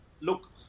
Look